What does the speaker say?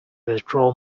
withdraw